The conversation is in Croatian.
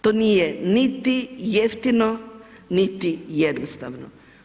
To nije niti jeftino niti jednostavno.